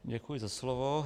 Děkuji za slovo.